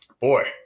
boy